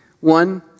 One